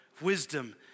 wisdom